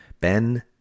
Ben